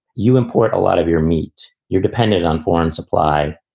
you import a lot of your meat. you're dependent on foreign supply.